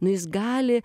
nu jis gali